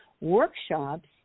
workshops